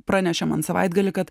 pranešė man savaitgalį kad